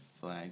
flag